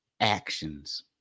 actions